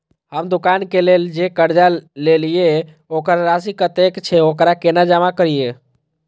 हम दुकान के लेल जे कर्जा लेलिए वकर राशि कतेक छे वकरा केना जमा करिए?